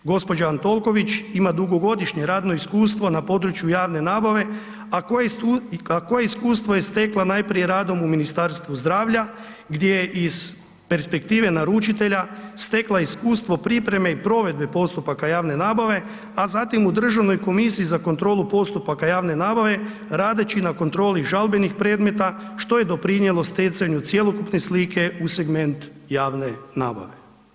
Gđa. Antolković ima dugogodišnjo radno iskustvo na području javne nabave a koje iskustvo je stekla najprije radom u Ministarstvo zdravlja gdje je iz perspektive naručitelja stekla iskustvo pripreme i provedbe postupaka javne nabave a zatim u Državnoj komisiji za kontrolu postupaka javne nabave, radeći na kontroli žalbenih predmeta što je doprinijelo stjecanju cjelokupne slike u segment javne nabave.